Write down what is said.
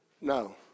No